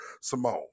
Simone